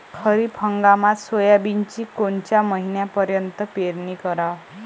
खरीप हंगामात सोयाबीनची कोनच्या महिन्यापर्यंत पेरनी कराव?